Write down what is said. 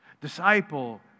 Disciple